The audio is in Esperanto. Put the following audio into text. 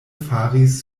faris